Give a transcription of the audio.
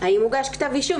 האם הוגש כתב אישום?